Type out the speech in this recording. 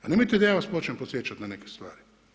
Nemojte da ja vas počnem podsjećati na neke stvari.